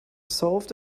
solved